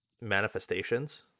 manifestations